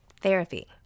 Therapy